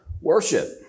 worship